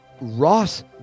ross